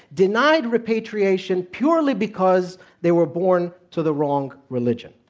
denied repatriation purely because they were born to the wrong religion.